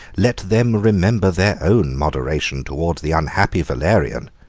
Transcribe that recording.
let them remember their own moderation, towards the unhappy valerian.